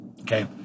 Okay